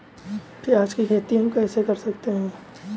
प्याज की खेती हम कैसे कर सकते हैं?